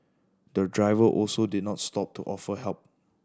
the driver also did not stop to offer help